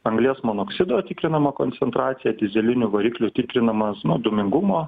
anglies monoksido tikrinama koncentracija dyzelinių variklių tikrinamas nu dūmingumo